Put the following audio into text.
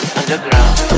underground